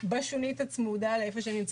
בשונית הצמודה להם.